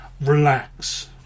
relax